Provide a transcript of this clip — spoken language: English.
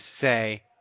say